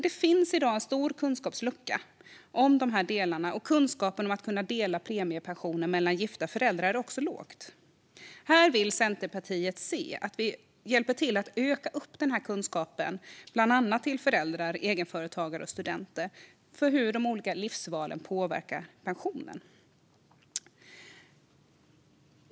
Det finns i dag en stor kunskapslucka om dessa delar, och kunskapen om att dela premiepensionen mellan gifta föräldrar är också låg. Här vill Centerpartiet se att kunskapen ökar hos föräldrar, egenföretagare och studenter om hur olika livsval påverkar pensionen.